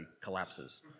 collapses